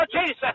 Jesus